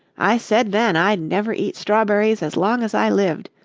i said then i'd never eat strawberries as long as i lived.